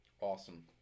Awesome